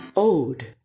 Ode